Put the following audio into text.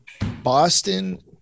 Boston